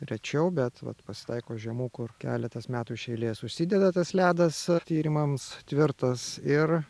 rečiau bet vat pasitaiko žiemų kur keletas metų iš eilės užsideda tas ledas tyrimams tvirtas ir